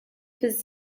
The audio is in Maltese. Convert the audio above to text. fiż